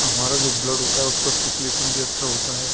हमारा जो ब्लड होता है उसका सर्कुलेसन भी अच्छा होता है